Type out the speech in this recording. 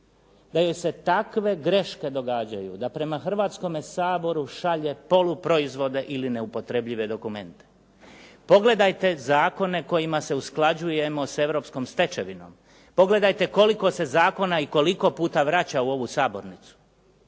da je se takve greške događaju, da prema Hrvatskome saboru šalje poluproizvode ili neupotrebljive dokumente. Pogledajte zakone kojima se usklađujemo sa europskom stečevinom. Pogledajte koliko se zakona i koliko puta vraća u ovu sabornicu.